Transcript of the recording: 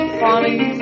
funny